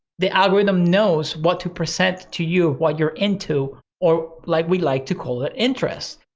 the algorithm knows what to present to you, what you're into, or like we like to call it interest.